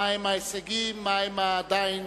מהם ההישגים, מהם עדיין